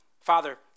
Father